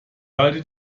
halte